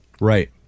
Right